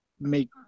make